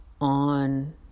on